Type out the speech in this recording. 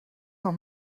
noch